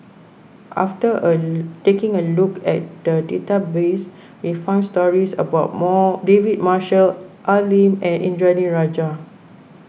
after a taking a look at the database we found stories about more David Marshall Al Lim and Indranee Rajah